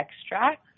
extract